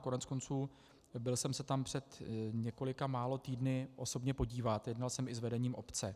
Koneckonců byl jsem se tam před několika málo týdny osobně podívat, jednal jsem i s vedením obce.